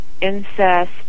incest